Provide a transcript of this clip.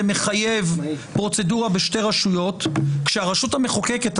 זה מחייב פרוצדורה בשתי רשויות כאשר הרשות המחוקקת,